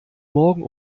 morgen